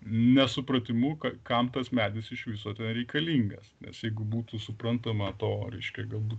nesupratimu kad kam tas medis iš viso reikalingas nes jeigu būtų suprantama to reiškia galbūt